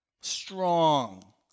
strong